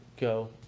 Go